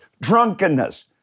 drunkenness